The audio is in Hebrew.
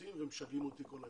עושים ומשגעים אותי כל היום.